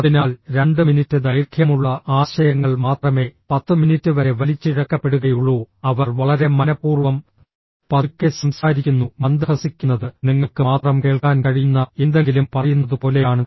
അതിനാൽ 2 മിനിറ്റ് ദൈർഘ്യമുള്ള ആശയങ്ങൾ മാത്രമേ 10 മിനിറ്റ് വരെ വലിച്ചിഴക്കപ്പെടുകയുള്ളൂ അവർ വളരെ മനഃപൂർവ്വം പതുക്കെ സംസാരിക്കുന്നു മന്ദഹസിക്കുന്നത് നിങ്ങൾക്ക് മാത്രം കേൾക്കാൻ കഴിയുന്ന എന്തെങ്കിലും പറയുന്നത് പോലെയാണ്